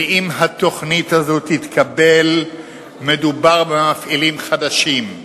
ואם התוכנית הזו תתקבל מדובר במפעילים חדשים.